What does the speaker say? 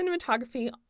cinematography